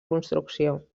construcció